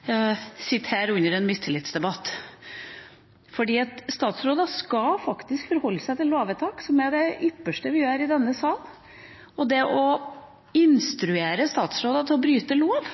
jeg at statsråden sitter her under en mistillitsdebatt, for statsråder skal faktisk forholde seg til lovvedtak, som er av det ypperste vi gjør i denne sal, og det å instruere statsråder til å bryte loven